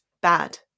bad